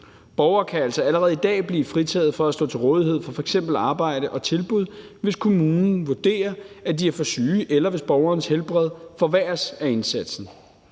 Borgere kan altså allerede i dag blive fritaget for at stå til rådighed for f.eks. arbejde og tilbud, hvis kommunen vurderer, at de er for syge, eller hvis borgerens helbred forværres af indsatsen.